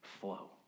flow